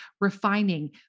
refining